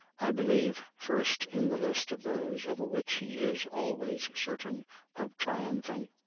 i believe, first in the list of those over which he is always certain of triumphing,